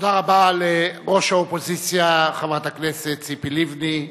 תודה רבה לראש האופוזיציה, חברת הכנסת ציפי לבני.